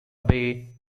bay